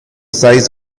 size